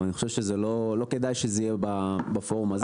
אבל אני חושב שלא כדאי שזה יהיה בפורום הזה.